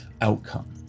outcome